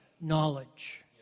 knowledge